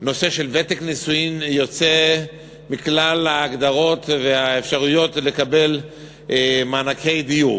נושא של ותק נישואין יוצא מכלל ההגדרות והאפשרויות לקבל מענקי דיור,